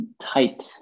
tight